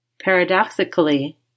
Paradoxically